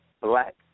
black